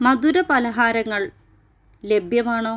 മധുരപലഹാരങ്ങൾ ലഭ്യമാണോ